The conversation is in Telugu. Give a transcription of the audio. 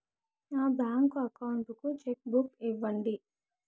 నా బ్యాంకు అకౌంట్ కు చెక్కు బుక్ ఇవ్వండి